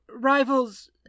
rivals